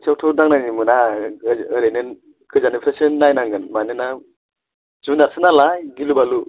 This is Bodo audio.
खाथियावथ' दांनायनो मोना ओरै ओरैनो गोजाननिफ्रायसो नायनांगोन मानोना जुनारसो नालाय गिलु बालु